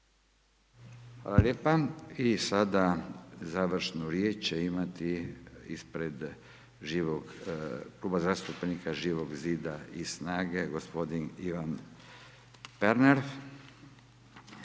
Hvala lijepa. I sada završnu riječ će imati ispred Kluba zastupnika Živog zida i SNAG-a gospodin Ivan Pernar.